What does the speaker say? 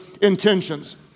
intentions